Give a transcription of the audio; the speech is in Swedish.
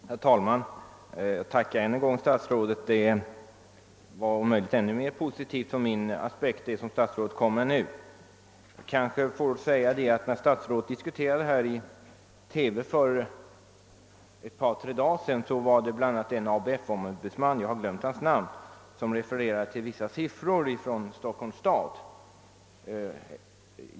Herr talman! Jag tackar än en gång herr statsrådet för hans inlägg. Det som statsrådet nu sade var från min synpunkt om möjligt ännu mer positivt. När statsrådet diskuterade denna fråga i TV för ett par, tre dagar sedan refererade bl.a. en ABF-ombudsman, vilkens namn jag glömt, till vissa siffror från Stockholms stad.